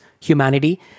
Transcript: humanity